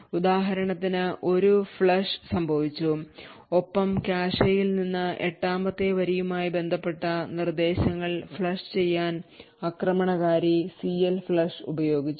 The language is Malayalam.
ഉദാഹരണത്തിന് ഒരു ഫ്ലഷ് സംഭവിച്ചു ഒപ്പം കാഷെയിൽ നിന്ന് എട്ടാമത്തെ വരിയുമായി ബന്ധപ്പെട്ട നിർദ്ദേശങ്ങൾ ഫ്ലഷ് ചെയ്യാൻ ആക്രമണകാരി CLFLUSH ഉപയോഗിച്ചു